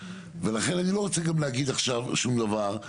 ולכן אני לא רוצה גם להגיד עכשיו שום דבר.